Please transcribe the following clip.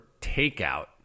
takeout